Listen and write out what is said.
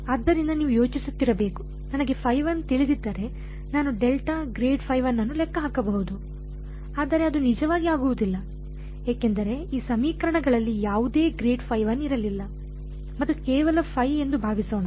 ಆದ್ದರಿಂದ ನೀವು ಯೋಚಿಸುತ್ತಿರಬೇಕು ನನಗೆ ತಿಳಿದಿದ್ದರೆ ನಾನು ಡೆಲ್ಟಾ ಅನ್ನು ಲೆಕ್ಕ ಹಾಕಬಹುದು ಆದರೆ ಅದು ನಿಜವಾಗಿ ಆಗುವುದಿಲ್ಲ ಏಕೆಂದರೆ ಈ ಸಮೀಕರಣಗಳಲ್ಲಿ ಯಾವುದೇ 𝛻Φ1 ಇರಲಿಲ್ಲ ಮತ್ತು ಕೇವಲ ϕ ಎಂದು ಭಾವಿಸೋಣ